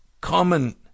common